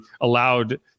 allowed